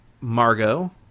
Margot